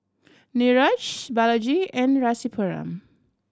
Niraj Balaji and Rasipuram